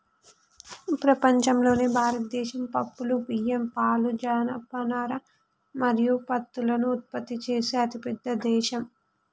ప్రపంచంలోనే భారతదేశం పప్పులు, బియ్యం, పాలు, జనపనార మరియు పత్తులను ఉత్పత్తి చేసే అతిపెద్ద దేశం